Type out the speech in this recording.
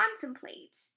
contemplate